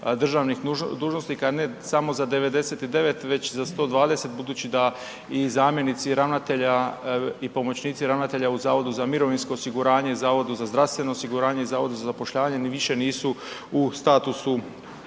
državnih dužnosnika ne samo za 99 već za 120 budući da i zamjenici ravnatelja i pomoćnici ravnatelja u Zavodu za mirovinsko osiguranje i u Zavodu za zdravstveno osiguranje i u Zavodu za zapošljavanje više nisu u statusu